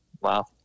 Wow